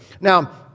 Now